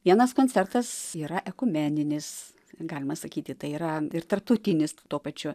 vienas koncertas yra ekumeninis galima sakyti tai yra ir tarptautinis tuo pačiu